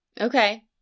Okay